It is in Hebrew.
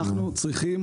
אנחנו היינו צריכים,